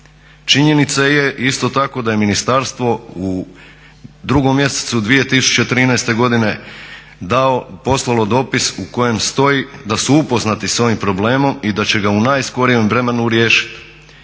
Činjenica je isto tako da je ministarstvu u 2.mjesecu 2013. dalo poslalo dopis u kojem stoji da su upoznati s ovim problemom i da će ga u najskorijem vremenu riješiti.